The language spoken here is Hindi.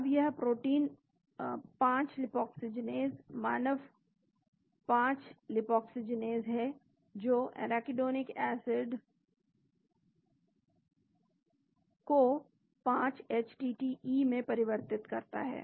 अब यह प्रोटीन 5 लीपाक्सीजीनेज़ मानव 5 लीपाक्सीजीनेज़ है जो एराकिडोनिक एसिड को 5 htte में परिवर्तित करता है